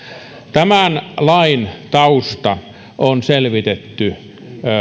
tämän lain tausta on selvitetty